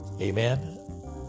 Amen